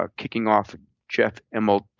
ah kicking off jeff immelt,